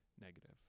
negative